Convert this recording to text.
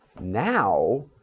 Now